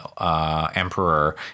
emperor